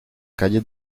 calles